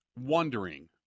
wondering